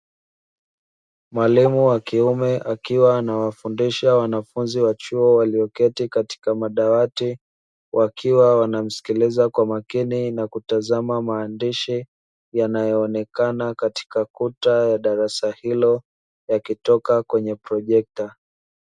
Mwalimu wa kiume akiwa anawafundisha wanafunzi wa chuo walioketi katika madawati, wakiwa wanamsikiliza kwa makini na kutazama maandishi yanayoonekana katika kuta ya darasa hilo yakitoka kwenye projekta.